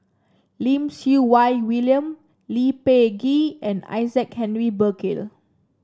Lim Siew Wai William Lee Peh Gee and Isaac Henry Burkill